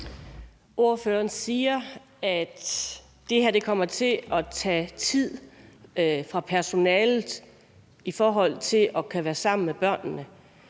Ordføreren siger, at det her kommer til at tage tid fra personalet i forhold til at kunne være sammen med børnene.